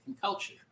culture